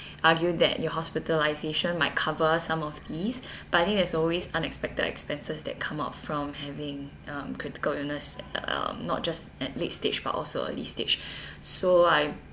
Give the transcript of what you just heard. argue that your hospitalisation might cover some of these but I think there's always unexpected expenses that come up from having um critical illness um not just at late stage but also early stage so I